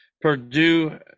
Purdue